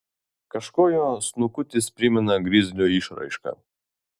kažkuo jo snukutis primena grizlio išraišką